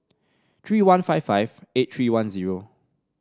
three one five five eight three one zero